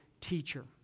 teacher